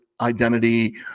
identity